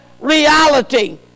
reality